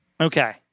Okay